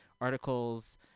articles